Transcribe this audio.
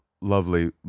lovely